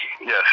yes